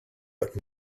but